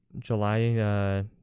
July